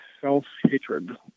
self-hatred